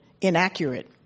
inaccurate